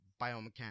biomechanics